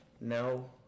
No